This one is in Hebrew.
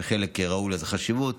שחלק ראו בזה חשיבות.